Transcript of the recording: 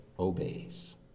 obeys